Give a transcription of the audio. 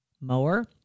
Mower